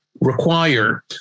require